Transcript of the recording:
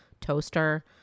toaster